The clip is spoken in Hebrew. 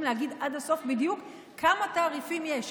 להגיד עד הסוף בדיוק כמה תעריפים יש,